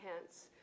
hence